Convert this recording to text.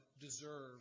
deserve